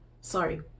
Sorry